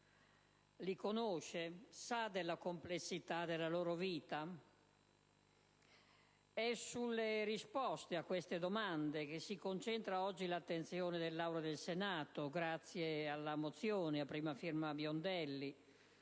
Li conosce? Sa della complessità della loro vita? È sulle risposte a queste domande che si concentra oggi l'attenzione dell'Aula del Senato, grazie alla mozione, a prima firma della